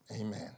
Amen